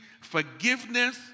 forgiveness